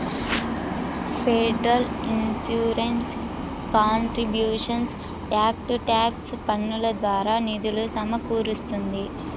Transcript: federal insurance contributions act tax పన్నుల ద్వారా నిధులు సమకూరుస్తుంది